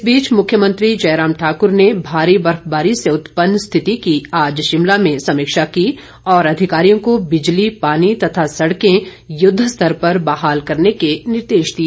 इस बीच मुख्यमंत्री जयराम ठाकर ने भारी बर्फबारी से उत्पन्न स्थिति की आज शिमला में समीक्षा की और अधिकारियों को बिजली पानी तथा सड़कें युद्ध स्तर पर बहाल करने के निर्देश दिए